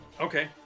okay